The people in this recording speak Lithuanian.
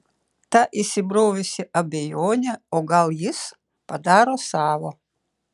ta įsibrovusi abejonė o gal jis padaro savo